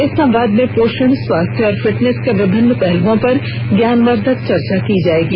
इस संवाद में पोषण स्वास्थ्य और फिटनेस के विभिन्न पहलुओं पर ज्ञानवर्धक चर्चा की जाएगी